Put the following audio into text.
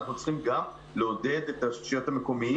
אנחנו צריכים גם לעודד את התעשיות המקומיות,